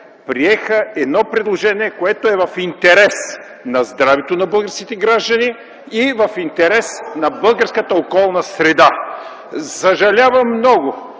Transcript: приеха едно предложение, което е в интерес на здравето на българските граждани и в интерес на българската околна среда. Съжалявам много,